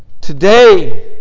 Today